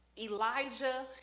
Elijah